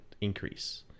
increase